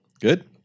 good